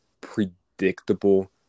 predictable